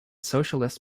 socialists